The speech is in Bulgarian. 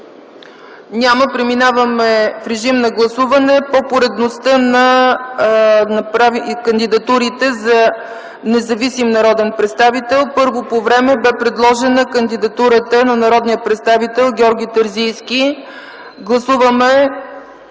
Няма. Преминаваме в режим на гласуване по поредността на кандидатурите за независим народен представител. Първа по време бе предложена кандидатурата на народния представител Георги Терзийски. Гласуваме